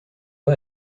pas